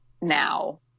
now